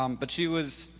um but she was